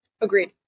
Agreed